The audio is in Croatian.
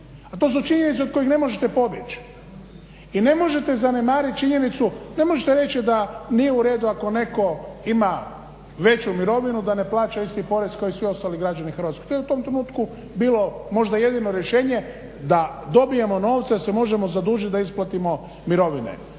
a to su činjenice od kojih ne možete pobjeći. I ne možete zanemarit činjenicu, ne možete reći da nije u redu ako netko ima veću mirovinu da ne plaća isti porez kao i svi ostali građani Hrvatske. To je u tom trenutku bilo možda jedino rješenje da dobijemo novce da se možemo zadužit da isplatimo mirovine.